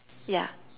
yeah